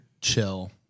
chill